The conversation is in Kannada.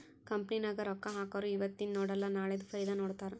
ಕಂಪನಿ ನಾಗ್ ರೊಕ್ಕಾ ಹಾಕೊರು ಇವತಿಂದ್ ನೋಡಲ ನಾಳೆದು ಫೈದಾ ನೋಡ್ತಾರ್